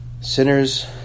Sinners